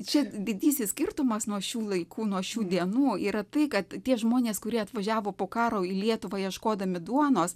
čia didysis skirtumas nuo šių laikų nuo šių dienų yra tai kad tie žmonės kurie atvažiavo po karo į lietuvą ieškodami duonos